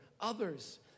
others